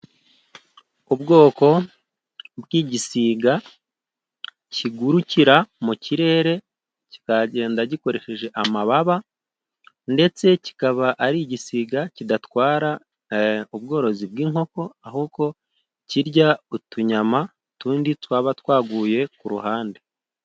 Ubwoko bw'igisiga kigurukira mu kirere kikagenda gikoresheje amababa, ndetse kikaba ari igisiga kidatwara ubworozi bw'inkoko, ahubwo kirya utunyamatundi twaba twaguye ku ruhande.